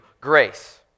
grace